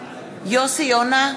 יונה,